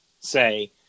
say